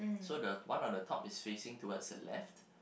so the one on the top is facing towards the left